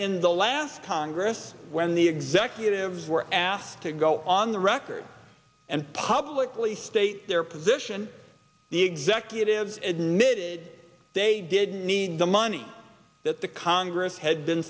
in the last congress when the executives were asked to go on the record and publicly state their position the executives admitted they didn't need the money that the congress had been